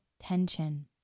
tension